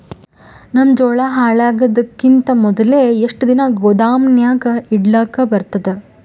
ನನ್ನ ಜೋಳಾ ಹಾಳಾಗದಕ್ಕಿಂತ ಮೊದಲೇ ಎಷ್ಟು ದಿನ ಗೊದಾಮನ್ಯಾಗ ಇಡಲಕ ಬರ್ತಾದ?